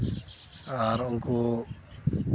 ᱟᱨ ᱩᱱᱠᱩ